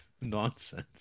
nonsense